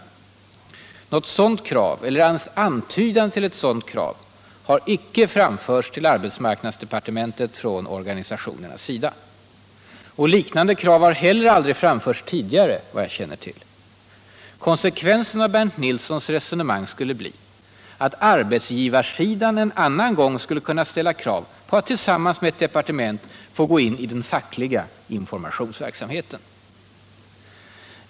Inget sådant krav — inte ens en antydan om det — har framförts till arbetsmarknadsdepartementet från organisationerna. Och liknande krav har heller aldrig tidigare framförts, vad jag känner till. Konsekvenserna av Bernt Nilssons resonemang skulle bli att arbetsgivarsidan en annan gång skulle kunna ställa krav på att tillsammans med departementet gå in i den fackliga informationsverksamheten.